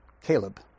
Caleb